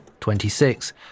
26